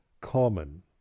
common